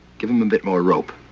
give him a bit more rope,